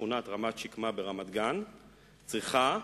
משכונת רמת-שקמה ברמת-גן צריכה,